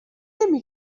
نمی